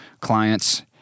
clients